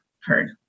heard